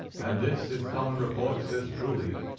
and this, if common report says truly,